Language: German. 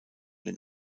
den